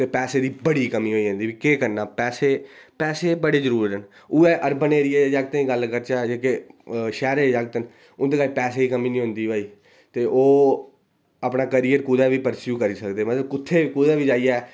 पैसै दी बड़ी कमी होई जंदी फ्ही केह् करना पैसै बडे़ जरुर न ओह् ऐ अरबन एरिया दे जागतें दी गल्ल करचै जेह्के शैह्रें दे जागत न उं'दे कश पैसे दी कमी नेईं होंदी भाई ओह् अपना करियर कुतै बी शुरु करी सकदे मतलब कुत्थै बी कुतै बी